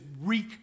wreak